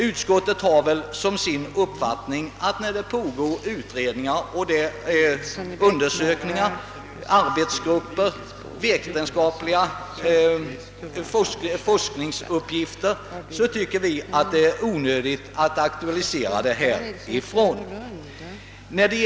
Utskottets uppfattning är att när det pågår utredningar, när arbetsgrupper är sysselsatta, när vetenskapliga undersökningar pågår etc. är det onödigt att riksdagen aktualiserar problemen.